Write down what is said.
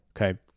Okay